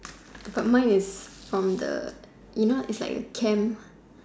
but mine is from the you know is like a camp